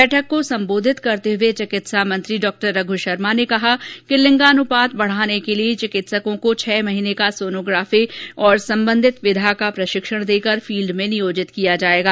बैठक को संबोधित करते हुए चिकित्सा मंत्री ने कहा कि लिंग अनुपात बढाने के लिए चिकित्सकों को छह महीने का सोनोग्राफी और संबंधित विधा का प्रशिक्षण देकर फील्ड में नियोजित किया जाएगा